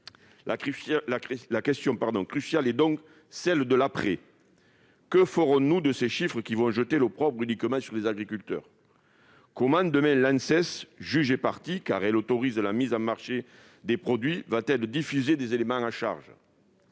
La question cruciale est donc celle de l'après. Que ferons-nous de ces chiffres, qui vont jeter l'opprobre uniquement sur les agriculteurs ? Demain, comment l'Anses, qui est juge et partie, car elle autorise la mise sur le marché de ces produits, va-t-elle diffuser des éléments à charge ?